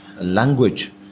language